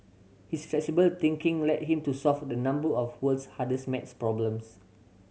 his flexible thinking led him to solve a number of world's hardest maths problems